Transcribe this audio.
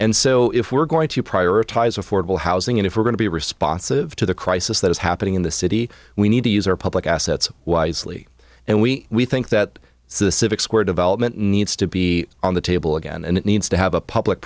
and so if we're going to prioritize affordable housing and if we're going to be responsive to the crisis that is happening in the city we need to use our public assets wisely and we we think that the civic square development needs to be on the table again and it needs to have a public